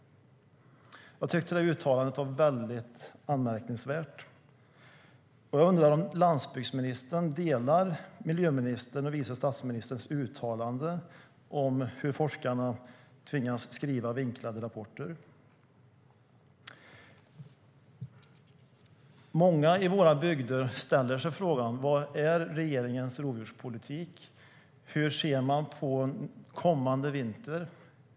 Jag tyckte att det uttalandet var mycket anmärkningsvärt och undrar om landsbygdsministern instämmer i miljöministerns och vice statsministerns uttalande om hur forskarna tvingas skriva vinklade rapporter. Många i våra bygder ställer sig frågan: Vad är regeringens rovdjurspolitik? Hur ser man på kommande vinter?